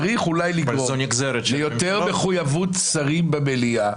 צריך אולי לקרוא ליותר מחויבות של שרים במליאה.